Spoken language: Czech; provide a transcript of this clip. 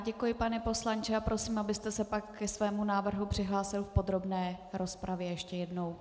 Děkuji, pane poslanče, a prosím, abyste se pak ke svému návrhu přihlásil v podrobné rozpravě ještě jednou.